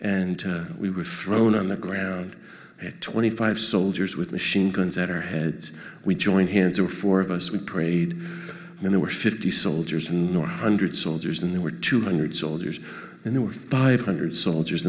and we were thrown on the ground at twenty five soldiers with machine guns at our heads we joined hands or four of us we prayed and there were fifty soldiers and nor hundred soldiers and there were two hundred soldiers in there were five hundred soldiers